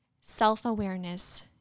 self-awareness